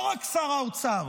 לא רק שר האוצר,